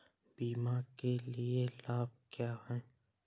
बीमा के लाभ क्या हैं?